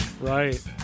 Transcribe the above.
Right